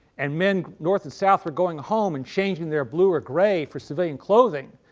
and men north and south are going home and changing their blue or grey for civilian clothing,